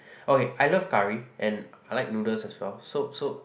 okay I love curry and I like noodles as well so so